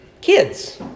kids